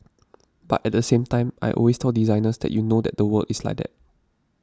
but at the same time I always tell designers that you know that the world is like that